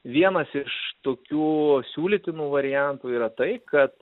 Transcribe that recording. vienas iš tokių siūlytinų variantų yra tai kad